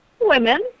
women